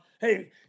hey